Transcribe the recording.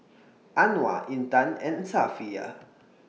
Anuar Intan and Safiya